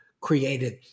created